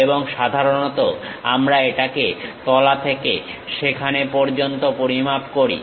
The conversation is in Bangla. এবং সাধারণত আমরা এটাকে তলা থেকে সেখানে পর্যন্ত পরিমাপ করি